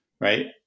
right